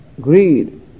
greed